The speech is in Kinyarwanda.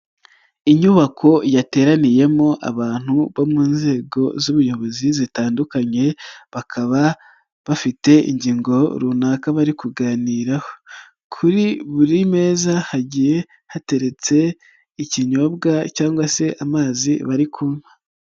Inyubako yateraniyemo abantu bo mu nzego z'ubuyobozi zitandukanye bakaba bafite ingingo runaka bari kuganiraho, kuri buri meza hagiye hateretse ikinyobwa cyangwa se amazi bari kunywa.